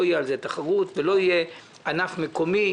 תהיה על זה תחרות ולא יהיה ענף מקומי.